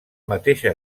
mateixa